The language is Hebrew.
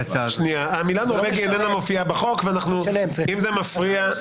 המילה נורבגית איננה מופיעה בחוק, ואם זה מפריע,